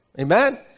amen